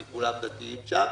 כי כולם דתיים שם,